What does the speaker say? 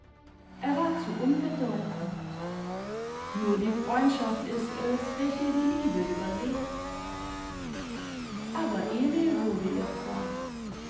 er war zu unbedeutend nur die freundschaft ist es welche die liebe überlebt aber emil wurde ihr freund